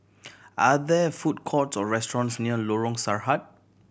are there food courts or restaurants near Lorong Sarhad